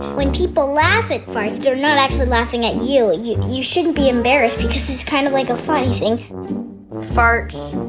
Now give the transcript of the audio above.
when people laugh at farts they're not actually laughing at you, you you shouldn't be embarrassed because it's kind of like a funny thing farts.